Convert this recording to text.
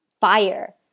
fire